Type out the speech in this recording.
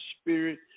spirit